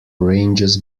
ranges